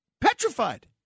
petrified